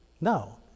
No